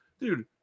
Dude